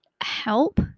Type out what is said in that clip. help